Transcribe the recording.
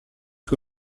que